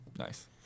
Nice